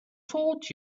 taught